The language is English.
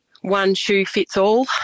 one-shoe-fits-all